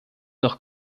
noch